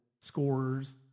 scores